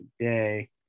today